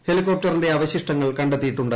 ഹെലികോപ്റ്ററിന്റെ അവശിഷ്ടങ്ങൾ കണ്ടെത്തിയിട്ടുണ്ട്